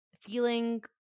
feeling